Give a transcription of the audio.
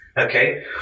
Okay